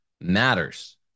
matters